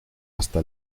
hasta